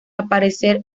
aparecer